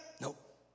Nope